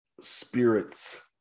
spirits